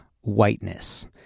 whiteness